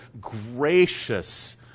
gracious